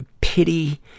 pity